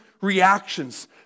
reactions